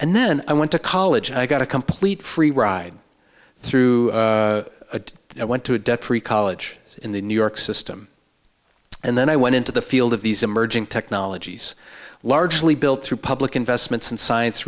and then i went to college i got a complete free ride through it went to a debt free college in the new york system and then i went into the field of these emerging technologies largely built through public investments in science